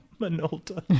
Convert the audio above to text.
Minolta